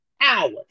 hours